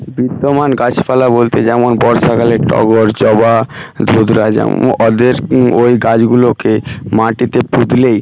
বিত্তমান গাছপালা বলতে যেমন বর্ষাকালে টগর জবা ধুতরা যেমন অদের ওই গাছগুলোকে মাটিতে পুঁতলেই